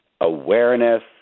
awareness